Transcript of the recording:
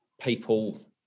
people